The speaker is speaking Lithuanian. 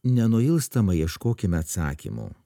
nenuilstamai ieškokime atsakymų